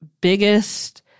biggest